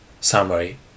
Summary